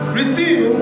receive